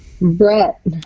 Brett